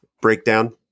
breakdown